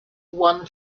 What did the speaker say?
one